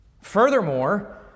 Furthermore